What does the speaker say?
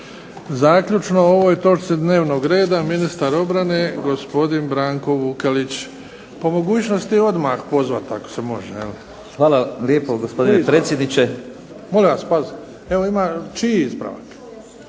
Zaključno o ovoj točci dnevnog reda ministar obrane gospodin Branko Vukelić. PO mogućnosti odmah pozvati ako se može. Molim vas pazite, ima čiji ispravak?